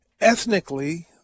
ethnically